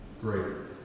greater